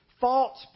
false